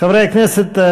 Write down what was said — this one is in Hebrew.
חברי הכנסת,